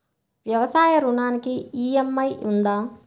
వ్యవసాయ ఋణానికి ఈ.ఎం.ఐ ఉందా?